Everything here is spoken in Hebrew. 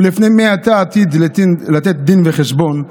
ולפני מי אתה עתיד ליתן דין וחשבון,